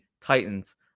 Titans